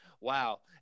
Wow